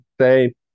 say